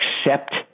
accept